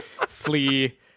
flee